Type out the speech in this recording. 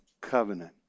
covenant